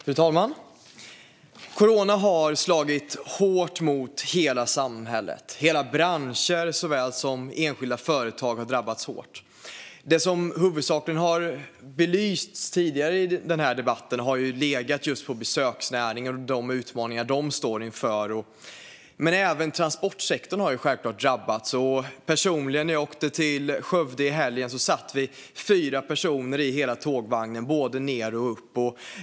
Fru talman! Corona har slagit hårt mot hela samhället. Såväl hela branscher som enskilda företag har drabbats hårt. Det som huvudsakligen har belysts tidigare i den här debatten har varit just besöksnäringen och de utmaningar den står inför. Men även transportsektorn har självklart drabbats. Personligen kan jag berätta att när jag åkte till Skövde i helgen var vi fyra personer som satt i hela tågvagnen på både ned och uppvägen.